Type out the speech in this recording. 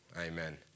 Amen